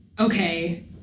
okay